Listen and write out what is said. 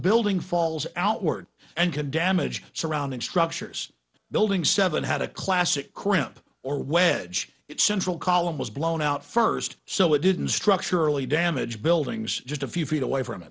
building falls outward and can damage surrounding structures building seven had a classic cramp or wedge its central column was blown out first so it didn't structurally damaged buildings just a few feet away from